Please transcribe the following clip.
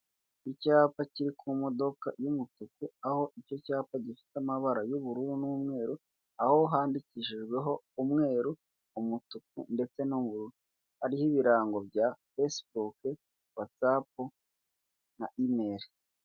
Icyapa kiri ku modoka y'umutuku aho icyo cyapa gifite amabara y'ubururu n'umweru, aho handikishijweho umweru, umutuku ndetse n'ubururu hariho ibirango bya fesibuke, watsapu na imeli.